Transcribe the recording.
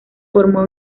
formó